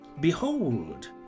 Behold